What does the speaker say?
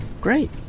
great